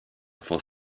for